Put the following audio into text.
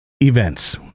events